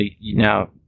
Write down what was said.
Now